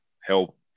help